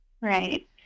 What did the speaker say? Right